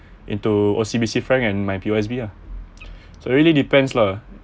into O_C_B_C frank and my P_O_S_B ah so it really depends lah